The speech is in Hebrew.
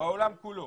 בעולם כולו,